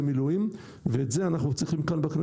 לגדודים מצטיינים וניגש אלי אחד המ"פ בסיום הטקס